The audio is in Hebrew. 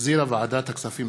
שהחזירה ועדת הכספים.